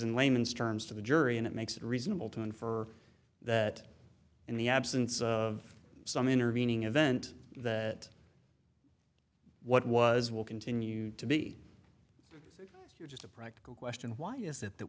in layman's terms to the jury and it makes it reasonable to infer that in the absence of some intervening event that what was will continue to be your just a practical question why is it that